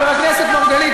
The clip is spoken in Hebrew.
חבר הכנסת מרגלית,